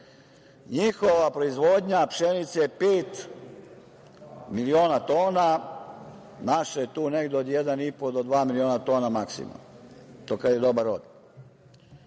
Srbija. Njihova proizvodnja pšenice je pet miliona tona, naša je tu negde od 1,5 do dva miliona tona maksimalno, to kad je dobar rod.